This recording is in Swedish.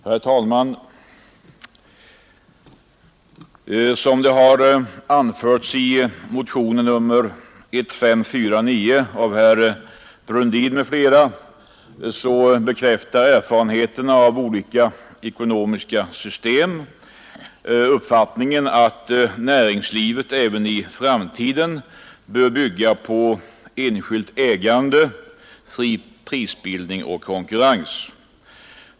Herr talman! Som det anförs i motionen 1549 av herr Brundin m.fl. bekräftar erfarenheterna av olika ekonomiska system uppfattningen att näringslivet även i framtiden bör bygga på enskilt ägande, fri prisbildning och konkurrens.